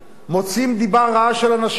מוציאים דיבה רעה של אנשים,